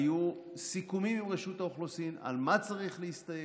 היו סיכומים עם רשות האוכלוסין על מה צריך להסתייג,